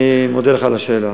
אני מודה לך על השאלה.